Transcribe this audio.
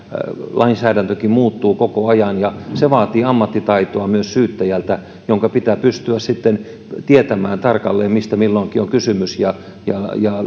lainsäädäntökin muuttuvat koko ajan ja se vaatii ammattitaitoa myös syyttäjältä jonka pitää pystyä tietämään tarkalleen mistä milloinkin on kysymys ja ja